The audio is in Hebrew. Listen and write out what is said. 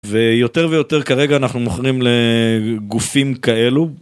ויותר ויותר כרגע אנחנו מוכרים לגופים כאלו.